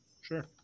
sure